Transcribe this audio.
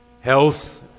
Health